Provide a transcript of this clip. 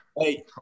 Hey